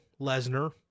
Lesnar